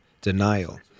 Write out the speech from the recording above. denial